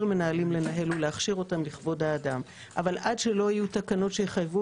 מנהלים לנהל ולהכשיר אותם לכבוד האדם אבל עד שלא יהיו תקנות שיחייבו